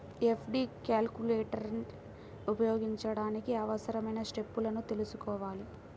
FD calculator ఉపయోగించడానికి అవసరమైన స్టెప్పులను తెల్సుకోవాలి